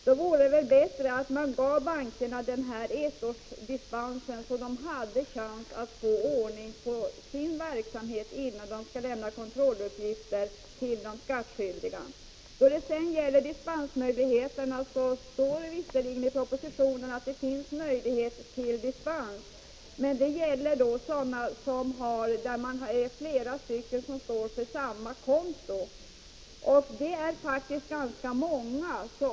Det vore väl bättre att ge bankerna ett års dispens, så att de får chansen att få ordning på sin verksamhet, innan de skall ge de skattskyldiga kontrolluppgifter. Det står visserligen i propositionen att det finns möjlighet till dispens, men det gäller sådana fall där det är flera som har samma konto. Det är faktiskt ganska många.